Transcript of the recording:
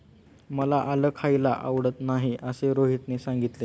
मला आलं खायला आवडत नाही असे रोहितने सांगितले